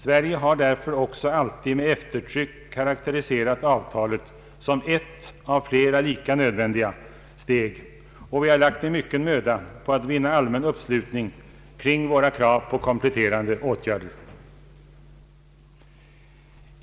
Sverige har därför också alltid med eftertryck karakteriserat avtalet som ett av flera lika nödvändiga steg, och vi har lagt ned mycken möda på att vinna allmän uppslutning kring våra krav på kompletterande åtgärder.